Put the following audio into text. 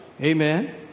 Amen